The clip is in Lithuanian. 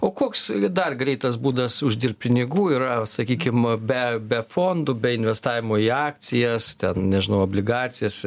o koks dar greitas būdas uždirbt pinigų yra sakykim be be fondų be investavimo į akcijas nežinau obligacijas